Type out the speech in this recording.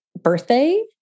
birthday